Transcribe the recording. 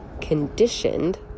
conditioned